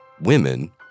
women